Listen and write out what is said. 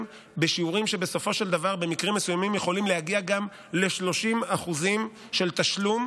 בשיעורים שבסופו של דבר במקרים מסוימים יכולים להגיע גם ל-30% של תשלום